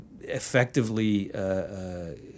effectively